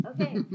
okay